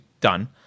Done